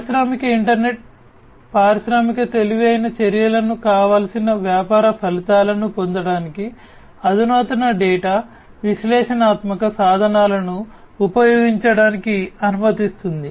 పారిశ్రామిక ఇంటర్నెట్ పారిశ్రామిక తెలివైన చర్యలను కావలసిన వ్యాపార ఫలితాలను పొందడానికి అధునాతన డేటా విశ్లేషణాత్మక సాధనాలను ఉపయోగించడానికి అనుమతిస్తుంది